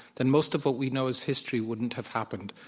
then most of what we know as history wouldn't have happened.